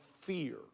fear